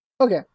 Okay